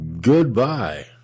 goodbye